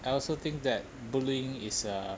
I also think that bullying is uh